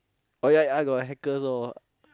oh ya I got hackers all